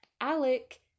Alec